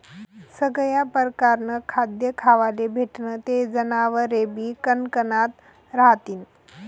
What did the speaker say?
सगया परकारनं खाद्य खावाले भेटनं ते जनावरेबी कनकनात रहातीन